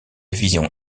vision